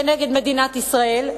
כנגד מדינת ישראל,